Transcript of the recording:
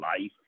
life